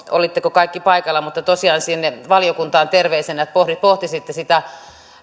olitteko kaikki paikalla mutta tosiaan sinne valiokuntaan terveisenä että pohtisitte sitä